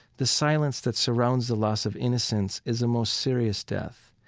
the silence that surrounds the loss of innocence is a most serious death,